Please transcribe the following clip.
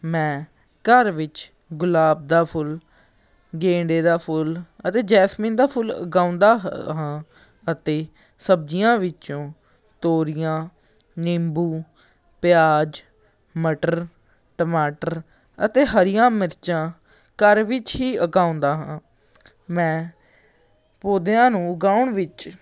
ਮੈਂ ਘਰ ਵਿੱਚ ਗੁਲਾਬ ਦਾ ਫੁੱਲ ਗੇਂਦੇ ਦਾ ਫੁੱਲ ਅਤੇ ਜੈਸਮੀਨ ਦਾ ਫੁੱਲ ਉਗਾਉਂਦਾ ਹਾਂ ਅਤੇ ਸਬਜ਼ੀਆਂ ਵਿੱਚੋਂ ਤੋਰੀਆਂ ਨਿੰਬੂ ਪਿਆਜ ਮਟਰ ਟਮਾਟਰ ਅਤੇ ਹਰੀਆਂ ਮਿਰਚਾਂ ਘਰ ਵਿੱਚ ਹੀ ਉਗਾਉਂਦਾ ਹਾਂ ਮੈਂ ਪੌਦਿਆਂ ਨੂੰ ਉਗਾਉਣ ਵਿੱਚ